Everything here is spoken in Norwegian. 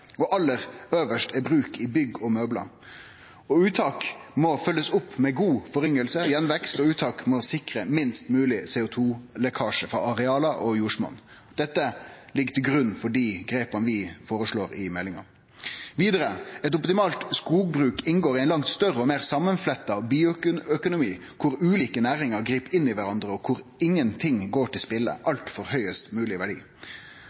og aller øvst er bruk i bygg og møblar. Uttak må følgjast opp med god forynging og gjenvekst. Uttak må sikre minst mogleg CO2-lekkasje frå areal og jordsmonn. Dette ligg til grunn for dei grepa vi føreslår i innstillinga. Vidare: Eit optimalt skogbruk inngår i ein langt større og meir samanfletta bioøkonomi, der ulike næringar grip inn i kvarandre, og der ingenting går til spille – alt for høgast mogleg verdi.